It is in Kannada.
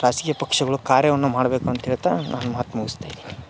ರಾಜಕೀಯ ಪಕ್ಷಗಳು ಕಾರ್ಯವನ್ನು ಮಾಡಬೇಕು ಅಂತೇಳ್ತಾ ನನ್ನ ಮಾತು ಮುಗಸ್ತಾ ಇದ್ದೀನಿ